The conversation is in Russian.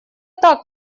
так